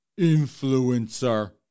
influencer